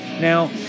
now